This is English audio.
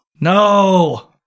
No